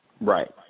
right